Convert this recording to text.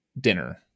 dinner